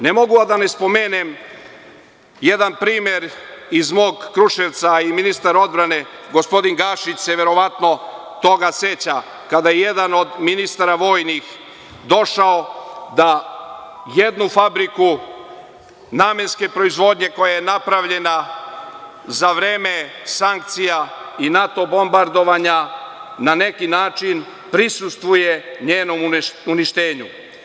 Ne mogu a da ne spomenem jedan primer iz mog Kruševca, i ministar odbrane, gospodin Gašić, se verovatno toga seća, kada je jedan od ministara vojnih došao da jednu fabriku namenske proizvodnje, koja je napravljena za vreme sankcija i NATO bombardovanja, na neki način prisustvuje njenom uništenju.